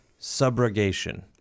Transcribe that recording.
subrogation